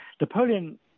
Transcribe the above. Napoleon